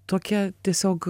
tokia tiesiog